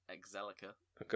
Exelica